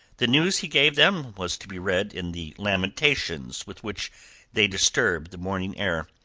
the news he gave them was to be read in the lamentations with which they disturbed the morning air.